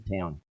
town